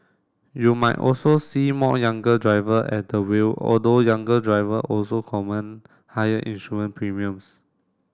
you might also see more younger driver at the wheel although younger driver also command higher insurance premiums